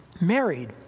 married